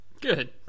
good